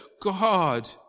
God